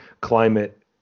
climate